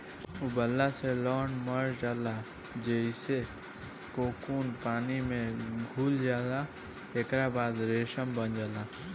उबालला से लार्वा मर जाला जेइसे कोकून पानी में घुल जाला एकरा बाद रेशम बन जाला